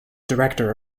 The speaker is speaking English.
director